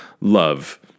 love